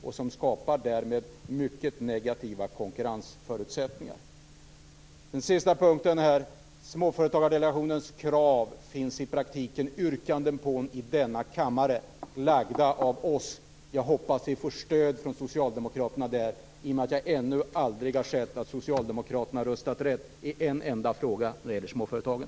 Därmed skapas mycket negativa konkurrensförutsättningar. När det gäller Småföretagsdelegationens krav finns i praktiken yrkanden i denna kammare lagda av oss. Jag hoppas att vi där får stöd från socialdemokraterna. Men jag har ännu aldrig sett att socialdemokraterna röstat rätt i en enda fråga som rör småföretagen.